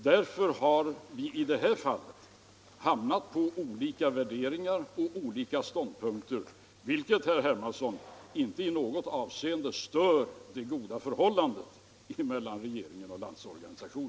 Därför har vi i detta fall hamnat i den situationen att våra värderingar och ståndpunkter skiljer sig åt, vilket inte i något avseende stör det goda förhållandet mellan regeringen och LO, herr Hermansson.